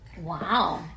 Wow